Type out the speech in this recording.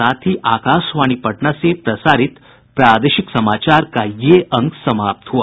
इसके साथ ही आकाशवाणी पटना से प्रसारित प्रादेशिक समाचार का ये अंक समाप्त हुआ